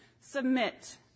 submit